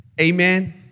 Amen